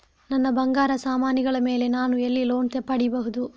ನನ್ನ ಬಂಗಾರ ಸಾಮಾನಿಗಳ ಮೇಲೆ ನಾನು ಎಲ್ಲಿ ಲೋನ್ ಪಡಿಬಹುದು?